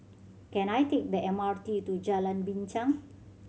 can I take the M R T to Jalan Binchang